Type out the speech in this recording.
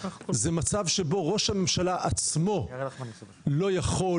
זה מצב שבו ראש הממשלה עצמו לא יכול,